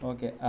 Okay